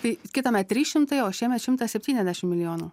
tai kitąmet trys šimtai o šiemet šimtas septyniasdešim milijonų